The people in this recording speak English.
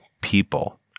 people